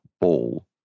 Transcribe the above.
ball